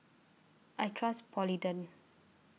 I Trust Polident